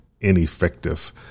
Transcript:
ineffective